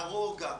הרוגע,